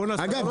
אגב,